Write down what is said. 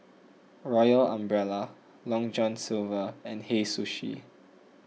Royal Umbrella Long John Silver and Hei Sushi